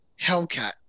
Hellcat